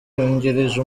yungirije